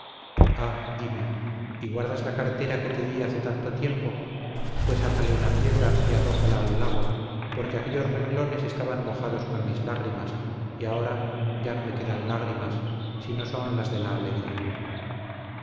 dime y guardas la cartera que te di hace tanto tiempo pues átale una piedra y arrójala al lago porque aquellos renglones estaban mojados con mis lágrimas y ahora ya no me quedan lágrimas si no son las de la alegría